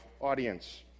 audience